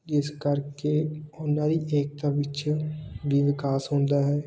ਜਿਸ ਕਰਕੇ ਉਹਨਾਂ ਦੀ ਏਕਤਾ ਵਿੱਚ ਵੀ ਵਿਕਾਸ ਹੁੰਦਾ ਹੈ